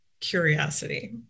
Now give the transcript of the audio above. curiosity